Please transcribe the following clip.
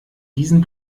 diesem